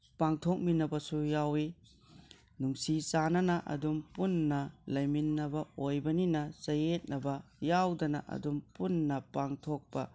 ꯄꯥꯡꯊꯣꯛꯃꯤꯟꯅꯕꯁꯨ ꯌꯥꯎꯏ ꯅꯨꯡꯁꯤ ꯆꯥꯟꯅꯅ ꯑꯗꯨꯝ ꯄꯨꯟꯅ ꯂꯩꯃꯤꯟꯅꯕ ꯑꯣꯏꯕꯅꯤꯅ ꯆꯌꯦꯠꯅꯕ ꯌꯥꯎꯗꯅ ꯑꯗꯨꯝ ꯄꯨꯟꯅ ꯄꯥꯡꯊꯣꯛꯄ